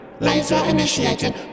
laser-initiated